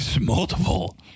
Multiple